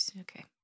Okay